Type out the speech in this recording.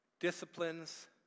disciplines